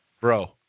bro